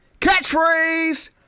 Catchphrase